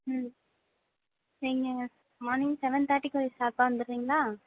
ம் நீங்கள் morning seven தேர்ட்டிக்கு ஷார்ப்பாக வந்துடுறீங்களா